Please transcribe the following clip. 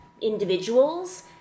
individuals